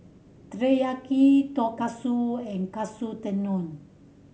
Teriyaki Tonkatsu and Katsu Tendon